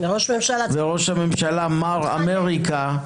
וראש הממשלה "מר אמריקה",